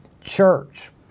church